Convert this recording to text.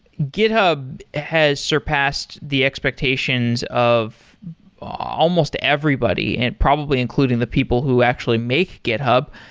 github has surpassed the expectations of almost everybody, and probably including the people who actually make github.